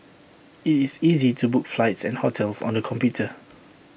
IT is easy to book flights and hotels on the computer